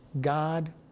God